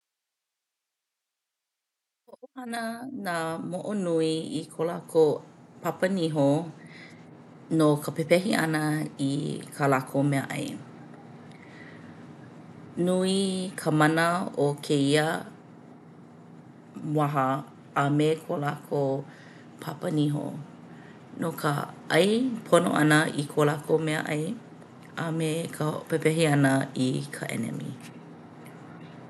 Hoʻohana nā moʻo nui i ko lākou papa niho no ka pepehi ʻana i kā lākou meaʻai. Nui ka mana o kēia waha a me ko lākou papa niho no ka ʻai pono ʻana i ko lākou meaʻai a me ka pepehi ʻana i ka ʻenemi.